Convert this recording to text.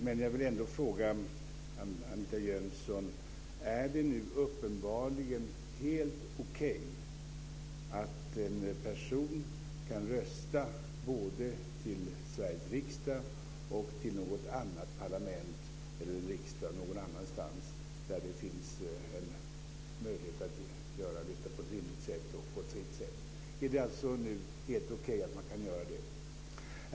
Men jag vill ändå fråga Anita Jönsson: Är det nu uppenbarligen helt okej att en person kan rösta både till Sveriges riksdag och till någon annat parlament eller en riksdag någon annanstans där det finns möjlighet att göra detta på ett rimligt och fritt sätt?